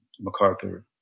MacArthur